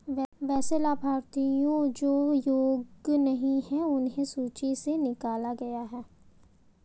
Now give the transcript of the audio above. वैसे लाभार्थियों जो योग्य नहीं हैं उन्हें सूची से निकला गया है